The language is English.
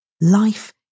life